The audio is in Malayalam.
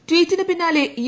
ട്വീറ്റിന് പിന്നാലെ യു